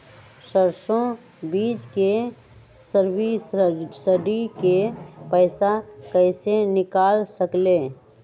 सरसों बीज के सब्सिडी के पैसा कईसे निकाल सकीले?